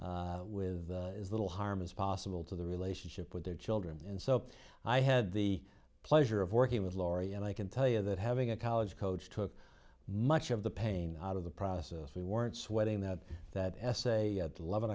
with little harm as possible to the relationship with their children and so i had the pleasure of working with lori and i can tell you that having a college coach took much of the pain out of the process we weren't sweating that that s a loving